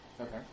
Okay